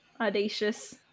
audacious